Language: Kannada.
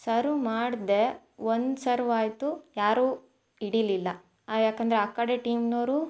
ಸರ್ವ್ ಮಾಡಿದೆ ಒಂದು ಸರ್ವ್ ಆಯಿತು ಯಾರೂ ಹಿಡೀಲಿಲ್ಲ ಯಾಕಂದರೆ ಆ ಕಡೆ ಟೀಮಿನೋರು